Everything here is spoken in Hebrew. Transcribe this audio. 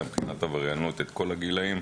מאפיינת מבחינת עבריינות את כל הגילאים,